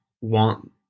want